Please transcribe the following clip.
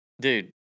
dude